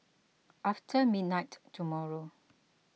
after midnight tomorrow